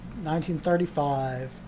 1935